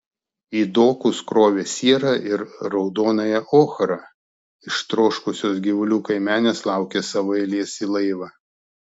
į dokus krovė sierą ir raudonąją ochrą ištroškusios gyvulių kaimenės laukė savo eilės į laivą